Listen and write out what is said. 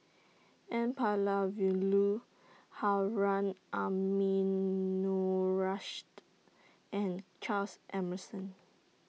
N Palanivelu Harun Aminurrashid and Charles Emmerson